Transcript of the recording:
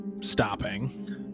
stopping